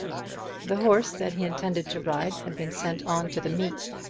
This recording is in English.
the horse that he intended to ride had been sent on to the meet,